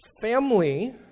family